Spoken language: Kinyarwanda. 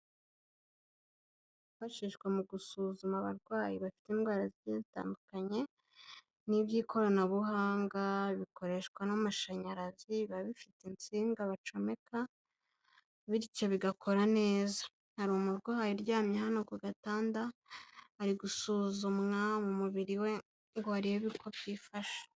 Byifashishwa mu gusuzuma abarwayi bafite indwara zitandukanye, ni iby'ikoranabuhanga bikoreshwa n'amashanyarazi, biba bifite insinga bacomeka bityo bigakora neza. Hari umurwayi uryamye hano ku gatanda, ari gusuzumwa mu mubiri we ngo barebe uko byifashe.